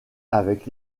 avec